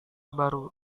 baru